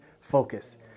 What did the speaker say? focus